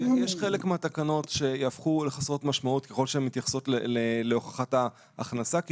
חלק מהתקנות יהפכו לחסרות משמעות ככל שהן מתייחסות להוכחת ההכנסה כי